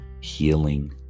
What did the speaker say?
healing